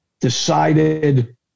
decided